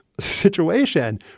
situation